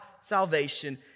salvation